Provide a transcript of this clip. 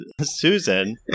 susan